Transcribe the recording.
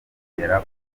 kugera